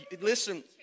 Listen